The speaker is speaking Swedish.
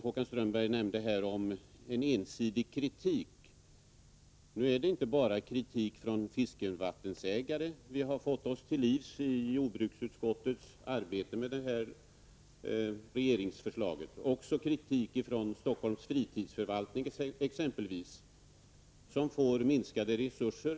Håkan Strömberg talade om en ensidig kritik. Men nu kommer kritik inte bara från fiskevattensägare. Vi har i jordbruksutskottets arbete med detta regeringsförslag fått oss till livs kritik även från t.ex. Stockholms fritidsförvaltning, som får minskade resurser.